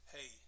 Hey